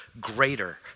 greater